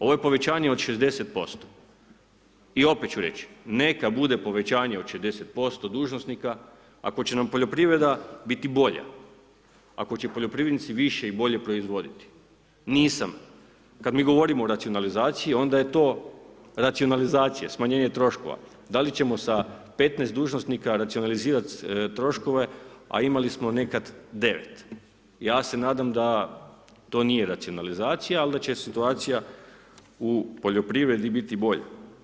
Ovo je povećanje od 60% i opet ću reć, neka bude povećanje od 60% dužnosnika ako će nam poljoprivreda biti bolja, ako će poljoprivrednici više i bolje proizvoditi, ... Kad mi govorimo o racionalizaciji, onda je to racionalizacija, smanjenje troškova, da li ćemo sa 15 dužnosnika racionalizirati troškove a imali smo nekad 9? ja se nadam da to nije racionalizacija ali da će situacija u poljoprivredi biti bolja.